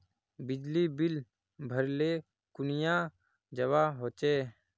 बिजली बिल भरले कुनियाँ जवा होचे?